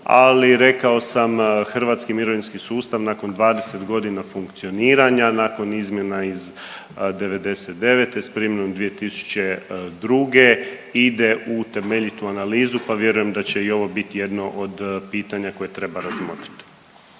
ali rekao sam hrvatski mirovinski sustav nakon 20.g. funkcioniranja, nakon izmjena iz '99. s primjenom 2002. ide u temeljitu analizu, pa vjerujem da će i ovo biti jedno od pitanja koje treba razmotriti.